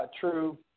true